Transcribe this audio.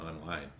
online